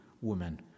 women